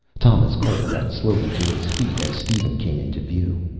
thomas cole got slowly to his feet as steven came into view.